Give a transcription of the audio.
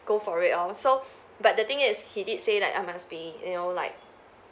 go for it oh so but the thing is he did say like I must be you know like